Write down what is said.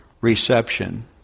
reception